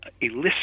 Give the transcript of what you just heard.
elicit